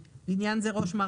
לעניין זה, "מסמך"